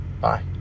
Bye